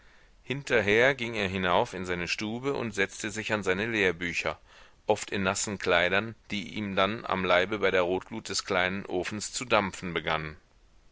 hinterher ging er hinauf in seine stube und setzte sich an seine lehrbücher oft in nassen kleidern die ihm dann am leibe bei der rotglut des kleinen ofens zu dampfen begannen